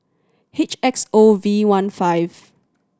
H X O V one five